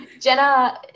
Jenna